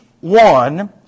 one